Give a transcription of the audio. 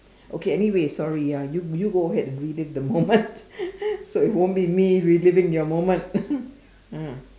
okay anyway sorry ah you you go ahead and relive the moment so it won't be me reliving your moment mm